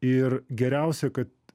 ir geriausia kad